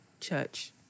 Church